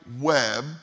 web